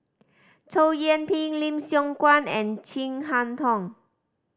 Chow Yian Ping Lim Siong Guan and Chin Harn Tong